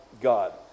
God